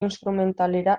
instrumentalera